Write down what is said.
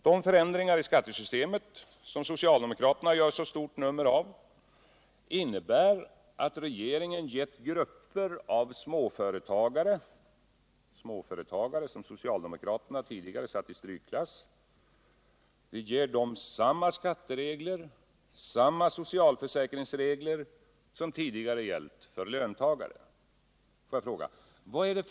De förändringar i skattesystemet som socialdemokraterna gör så stort nummer av innebär att regeringen gett grupper av småföretagare — småföretagare, som socialdemokraterna tidigare satt i strykklass — samma skatteregler och samma socialförsäkringsregler som tidigare gällt för löntagare.